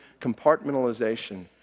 compartmentalization